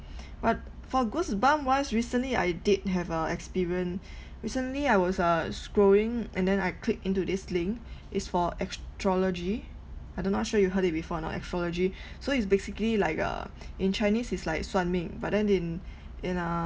but for goosebump once recently I did have a experience recently I was uh scrolling and then I click into this link is for astrology I do not sure you heard it before or not astrology so it's basically like uh in chinese is like 算命 but then in in uh